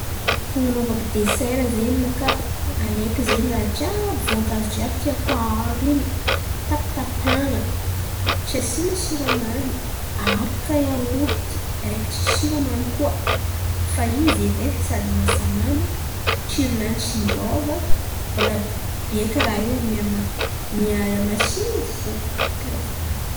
Fan̈anaovako desera zen̈y ninaka? Alaiko zen̈y raha jiàby voankazo jiàby tiako aharo in̈y tapatapahana tsy asiana siramamy aharaka iaorty araiky tsisy siramamy koa fa izy edy ai. Sady mahasalama, tsiron̈any tsy miôva mbola biàka raha io mihama-mihamasiro fo, karà zen̈y.